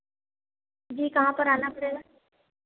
जी कहाँ पर आना पड़ेगा